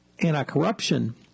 Anti-corruption